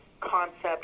concept